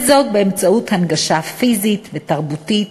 וזאת באמצעות הנגשה פיזית ותרבותית